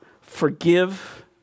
forgive